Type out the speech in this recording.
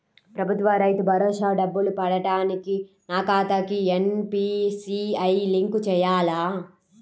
ప్రభుత్వ రైతు భరోసా డబ్బులు పడటానికి నా ఖాతాకి ఎన్.పీ.సి.ఐ లింక్ చేయాలా?